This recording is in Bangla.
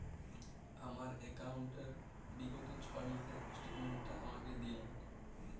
আমার অ্যাকাউন্ট র বিগত ছয় মাসের স্টেটমেন্ট টা আমাকে দিন?